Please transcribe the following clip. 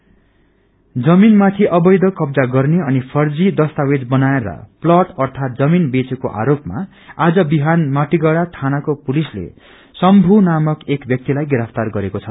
लेण्ड mafia जमीन माथि अवैध कब्जा गर्ने अनि फर्जी दस्तावेज बनाएर प्लाँट अर्थात जमीन बेचेको आरोपमा आज बिहान माटीगढ़ा थानाको पुलिसले शम्यू नामक एक व्यक्तिलाई गरिफ्तार गरेको छ